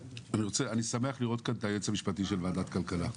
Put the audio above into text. אני שמח לראות כאן את היועץ המשפטי של ועדת הכלכלה.